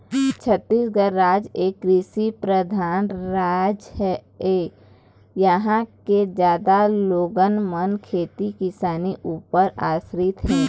छत्तीसगढ़ राज एक कृषि परधान राज ऐ, इहाँ के जादा लोगन मन खेती किसानी ऊपर आसरित हे